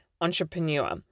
entrepreneur